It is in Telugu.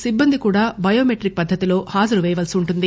సిబ్బంది కూడా బయో మెట్రిక్ పద్దతిలో హాజరు పేయవలసి ఉంటుంది